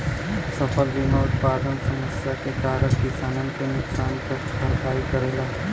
फसल बीमा उत्पादन समस्या के कारन किसानन के नुकसान क भरपाई करेला